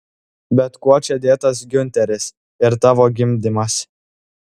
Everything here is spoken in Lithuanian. bet kuo čia dėtas giunteris ir tavo gimdymas